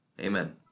Amen